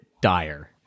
dire